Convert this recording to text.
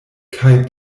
kaj